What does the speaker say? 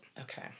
okay